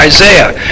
Isaiah